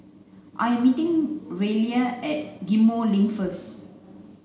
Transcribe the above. I am meeting Ryleigh at Ghim Moh Link first